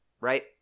Right